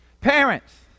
Parents